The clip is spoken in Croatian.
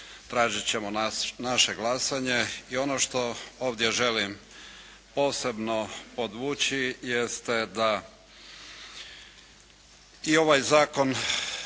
tražit ćemo naše glasanje i ono što ovdje želim posebno podvući, jeste da i ovaj zakon